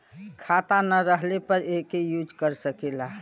खाता ना रहले पर एके यूज कर सकेला